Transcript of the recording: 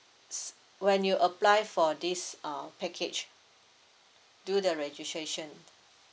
s~ when you apply for this uh package do the registration